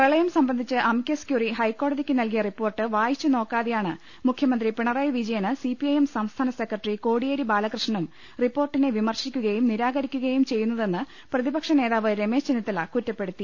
പ്രളയം സംബന്ധിച്ച് amicus curiae ഹൈക്കോടതിക്ക് നൽകിയ റിപ്പോർട്ട് വായിച്ചു നോക്കാതെയാണ് മുഖ്യമന്ത്രി പിണ റായി വിജയന് സിപിഐഎം സംസ്ഥാന സെക്രട്ടറി കോടിയേരി ബാലകൃഷ്ണനും റിപ്പോർട്ടിനെ വിമർശിക്കുകയും നിരാകരിക്കു കയും ചെയ്യുന്നതെന്ന് പ്രതിപക്ഷനേതാവ് രമേശ് ചെന്നിത്തല കുറ്റ പ്പെടുത്തി